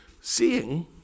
Seeing